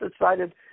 decided